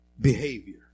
behavior